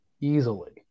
easily